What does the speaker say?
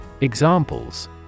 Examples